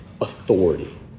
authority